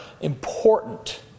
important